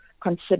consider